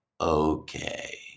okay